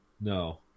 No